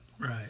Right